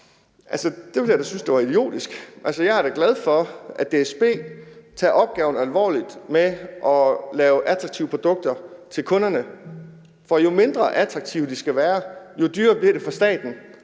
det ville jeg da synes var idiotisk. Jeg er da glad for, at DSB tager opgaven med at lave attraktive produkter til kunderne alvorligt, for jo mindre attraktive de skal være, jo dyrere bliver det for staten